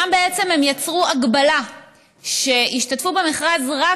בעצם יצרו שם הגבלה שישתתפו במכרז רק